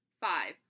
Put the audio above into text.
five